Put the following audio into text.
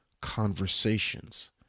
conversations